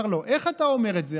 איך אתה אומר את זה?